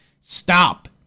Stop